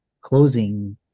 closing